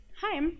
hi